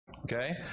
Okay